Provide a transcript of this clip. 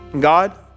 God